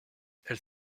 elle